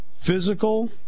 physical